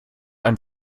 ein